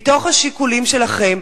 מתוך השיקולים שלכם,